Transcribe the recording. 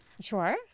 Sure